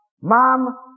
mom